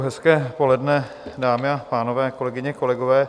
Hezké poledne, dámy a pánové, kolegyně, kolegové.